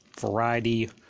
variety